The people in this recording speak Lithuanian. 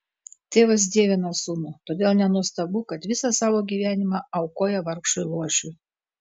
tėvas dievina sūnų todėl nenuostabu kad visą savo gyvenimą aukoja vargšui luošiui